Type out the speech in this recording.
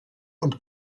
und